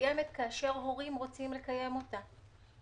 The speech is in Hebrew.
מתקיימת כאשר הורים רוצים לקיים אותה.